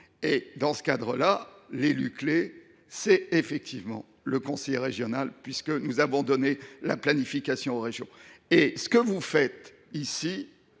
Dans ce cadre, l’élu clé est effectivement le conseiller régional, puisque nous avons confié la planification aux régions. Or vous fragilisez ici